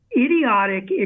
idiotic